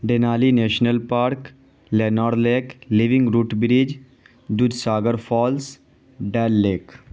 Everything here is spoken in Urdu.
ڈینالی نیشنل پارک لینارلیک living root bridge Dudh Sagar falls Dal leak